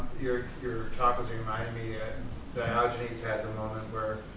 your your talk was reminding me ah diogenes has a moment where,